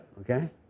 Okay